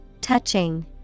Touching